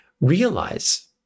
realize